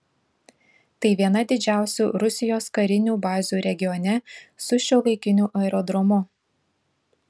tai viena didžiausių rusijos karinių bazių regione su šiuolaikiniu aerodromu